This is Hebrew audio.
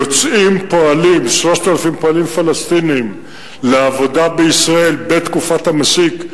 יוצאים 3,000 פועלים פלסטינים לעבודה בישראל בתקופת המסיק,